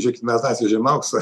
žėkit mes atvežėm auksą